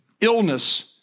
illness